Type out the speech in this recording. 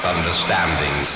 Understanding